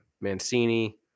Mancini